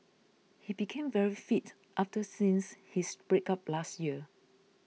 he became very fit after since his breakup last year